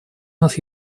нас